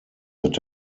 that